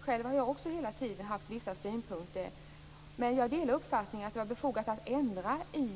Själv har jag också hela tiden haft vissa synpunkter, men jag delar uppfattningen att det var befogat att ändra i